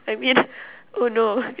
I mean oh no